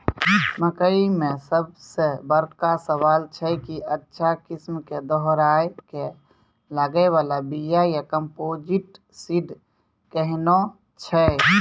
मकई मे सबसे बड़का सवाल छैय कि अच्छा किस्म के दोहराय के लागे वाला बिया या कम्पोजिट सीड कैहनो छैय?